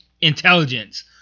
intelligence